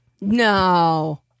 No